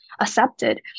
accepted